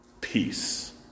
Peace